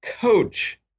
Coach